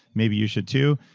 maybe you should, too.